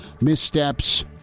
Missteps